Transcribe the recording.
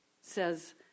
says